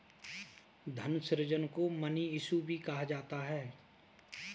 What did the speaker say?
धन सृजन को मनी इश्यू भी कहा जाता है